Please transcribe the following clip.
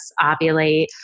ovulate